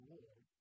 Lord